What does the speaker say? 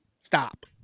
Stop